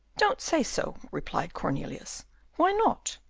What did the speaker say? don't say so, replied cornelius why not?